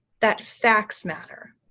that facts matter,